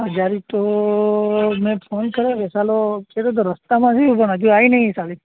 હજાર ઇંટો મેં ફોન કર્યો એ સાલો કહેતો તો રસ્તામાં છીએ પણ હજુ આવી નથી સાલી